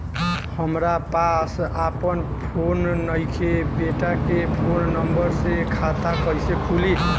हमरा पास आपन फोन नईखे बेटा के फोन नंबर से खाता कइसे खुली?